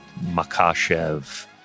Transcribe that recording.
Makachev